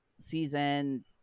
season